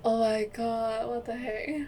oh my god what the heck